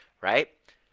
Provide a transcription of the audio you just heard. right